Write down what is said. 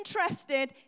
interested